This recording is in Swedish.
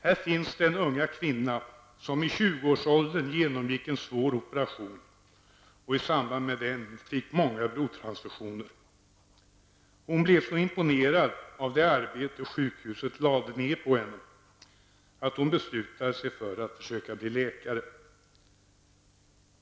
Här finns den unga kvinna som i tjugoårsåldern genomgick en svår operation och i samband med den fick många blodtransfusioner. Hon blev så imponerad av det arbete sjukhuset lade ned på henne att hon beslutade sig för att försöka bli läkare.